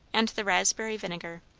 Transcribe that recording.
and the raspberry vinegar.